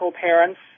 parents